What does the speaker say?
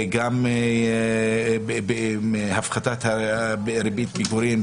גם הפחתת ריבית פיגורים,